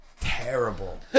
Terrible